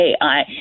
AI